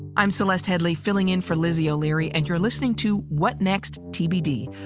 i'm celeste headlee, filling in for lizzie o'leary, and you're listening to what next, tbd,